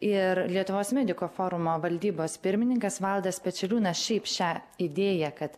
ir lietuvos mediko forumo valdybos pirmininkas valdas pečeliūnas šiaip šią idėją kad